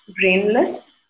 brainless